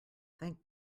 thank